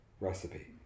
recipe